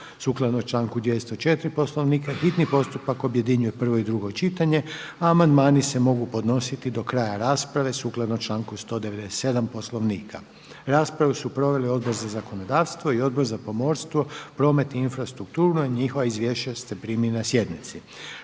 Sukladno članku 204. Poslovnika hitni postupak objedinjuje prvo i drugo čitanje, a amandmani se mogu podnositi do kraja rasprave sukladno članku 197. Poslovnika. Raspravu su proveli: Odbor za zakonodavstvo, Odbor za poljoprivredu i Odbor za zaštitu okoliša i prirode. Izvješća ste primili na sjednici.